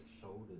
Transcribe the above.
shoulders